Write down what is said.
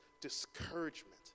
discouragement